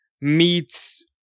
meets